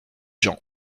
gens